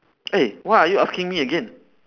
eh why are you asking me again